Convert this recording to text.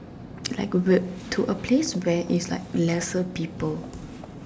like a weird to a place where is like lesser people